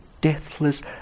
deathless